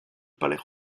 palais